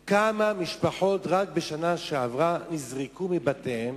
לנו כמה משפחות רק בשנה שעברה נזרקו מבתיהן